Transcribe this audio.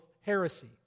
heresy